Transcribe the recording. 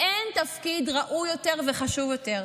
ואין תפקיד ראוי יותר וחשוב יותר.